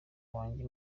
wanjye